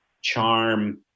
charm